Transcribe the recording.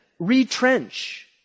Retrench